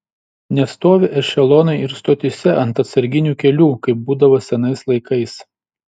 nestovi ešelonai ir stotyse ant atsarginių kelių kaip būdavo senais laikais